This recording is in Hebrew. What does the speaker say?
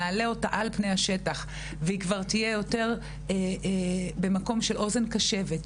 נעלה אותה על פני השטח והיא כבר תהיה במקום של אוזן קשבת,